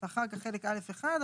ואחר כך חלק א'1,